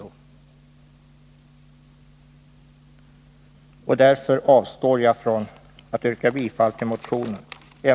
Därför — och endast därför — avstår jag från att yrka bifall till motionen.